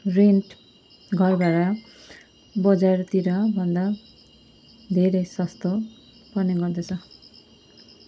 rent घर भाडा बजारतिर भन्दा धेरै सस्तो पनि गर्दछ